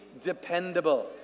dependable